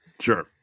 Sure